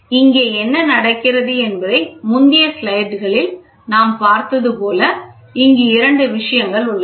இங்கே என்ன நடக்கிறது என்பது முந்தைய ஸ்லைடுகளிலும் நாம் பார்த்தது போல இங்கு இரண்டு விஷயங்கள் உள்ளன